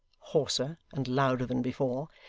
hoarser, and louder than before.